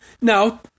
Now